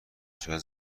صورت